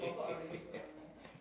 awareness okay ah